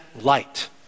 light